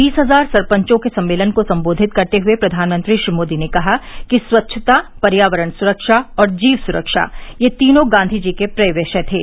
बीस हजार सरपंचों के सम्मेलन को सम्बोधित करते हुए प्रधानमंत्री श्री मोदी ने कहा कि स्वच्छता पर्यावरण स्रक्षा और जीव स्रक्षा ये तीनों गांधी जी के प्रिय विषय थे